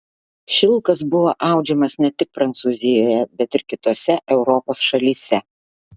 šilkas buvo audžiamas ne tik prancūzijoje bet ir kitose europos šalyse